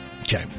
Okay